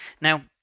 Now